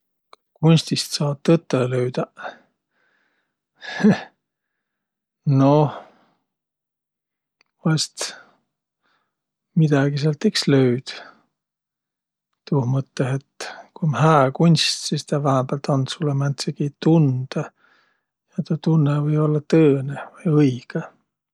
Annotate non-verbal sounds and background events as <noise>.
Kas kunstist saa tõtõ löüdäq? <laughs> Noh, vaest midägi iks löüd. Tuuh mõttõh, et ku um hää kunst, sis tä vähämbält and sullõ määntsegi tundõ ja tuu tunnõq või ollaq tõõnõ vai õigõ.